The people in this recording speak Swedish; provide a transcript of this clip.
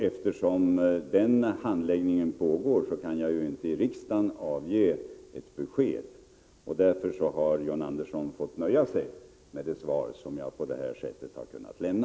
Eftersom den handläggningen pågår kan jag inte i riksdagen avge ett besked, och därför har John Andersson fått nöja sig med det svar som jag på det här sättet har kunnat lämna.